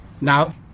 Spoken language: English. Now